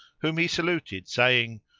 whom he saluted saying,